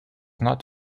not